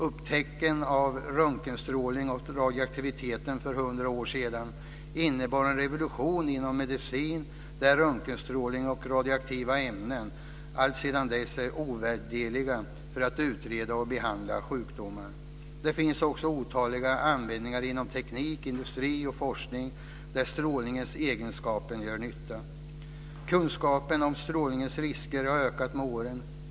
Upptäckten av röntgenstrålningen och radioaktiviteten för hundra år sedan innebar en revolution inom medicinen, där röntgenstrålning och radioaktiva ämnen alltsedan dess är ovärderliga för att utreda och behandla sjukdomar. Det finns också otaliga användningar inom teknik, industri och forskning där strålningens egenskaper gör nytta. Kunskapen om strålningens risker har ökat med åren.